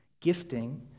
gifting